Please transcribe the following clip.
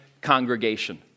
congregation